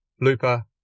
Looper